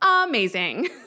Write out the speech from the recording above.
Amazing